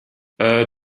euh